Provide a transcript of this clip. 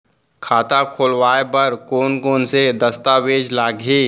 खाता खोलवाय बर कोन कोन से दस्तावेज लागही?